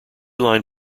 line